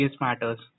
matters